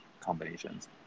combinations